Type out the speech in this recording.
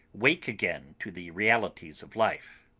wake again to the realities of life.